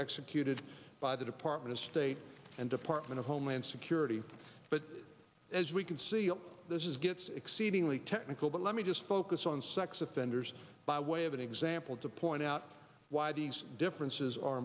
executed by the department of state and department of homeland security but as we conceal this is gets exceedingly technical but let me just focus on sex offenders by way of an example to point out why these differences are